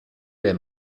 les